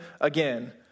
again